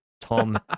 Tom